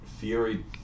fury